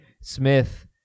Smith